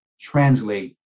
translate